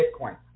Bitcoin